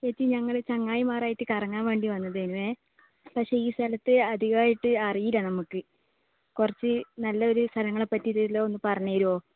ചേച്ചി ഞങ്ങൾ ഈ ചങ്ങാതിമാരുമായിട്ട് കറങ്ങാൻ വേണ്ടി വന്നതായിരുന്നു പക്ഷേ ഈ സ്ഥലത്ത് അധികമായിട്ട് അറിയില്ല നമ്മൾക്ക് കുറച്ച് നല്ല ഒരു സ്ഥലങ്ങളെ പറ്റിയിട്ടുള്ളതെല്ലാം പറഞ്ഞു തരുമോ